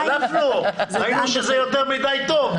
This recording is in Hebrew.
ראינו שזה יותר מדי טוב.